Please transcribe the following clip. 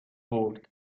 برد